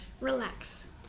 relax